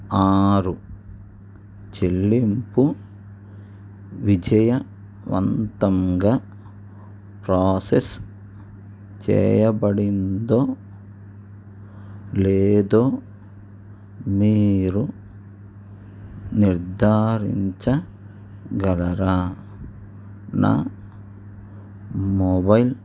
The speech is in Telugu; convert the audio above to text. ఆరు చెల్లింపు విజయవంతంగా ప్రాసెస్ చేయబడిందో లేదో మీరు నిర్ధారించగలరా నా మొబైల్